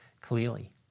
clearly